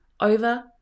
over